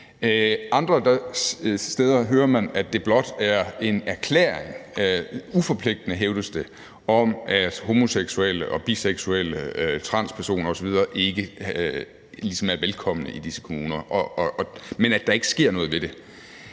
Andre steder hører man, at det blot er en uforpligtende, hævdes det, erklæring om, at homoseksuelle og biseksuelle og transpersoner osv. ikke ligesom er velkomne i disse kommuner, men at der ikke sker noget ved det.